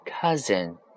Cousin